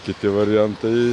kiti variantai